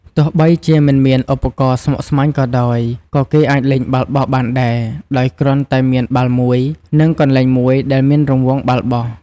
ទោះបីជាមិនមានឧបករណ៍ស្មុគស្មាញក៏ដោយ ក៏គេអាចលេងបាល់បោះបានដែរ ដោយគ្រាន់តែមានបាល់មួយ និងកន្លែងមួយដែលមានរង្វង់បាល់បោះ។